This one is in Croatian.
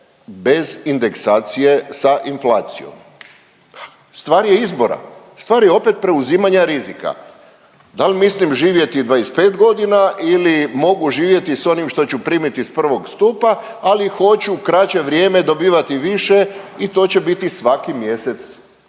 bez indeksacije sa inflacijom. Stvar je izbora, stvar je opet preuzimanja rizika da li mislim živjeti 25 godina ili mogu živjeti sa onim što ću primiti iz prvog stupa, ali hoću kraće vrijeme dobivati više i to će biti svaki mjesec.